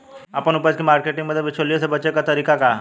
आपन उपज क मार्केटिंग बदे बिचौलियों से बचे क तरीका का ह?